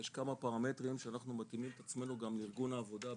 יש כמה פרמטרים שאנחנו מתאימים את עצמנו גם לארגון העבודה הבינלאומי,